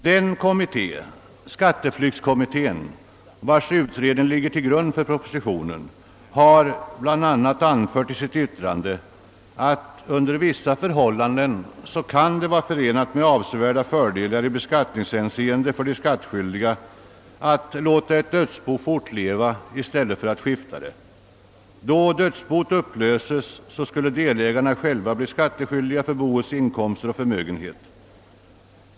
Den kommitté — skatteflyktskommittén — vars utredning ligger till grund för propositionen har bl.a. anfört i sitt yttrande att under vissa förhållanden kan det för de skattskyldiga vara förenat med avsevärda fördelar i beskattningshänseende att låta ett dödsbo fortleva i stället för att skifta det. Vid skiftande av dödsboet skulle delägarna själva bli skattskyldiga för boets inkomster och förmögenhet.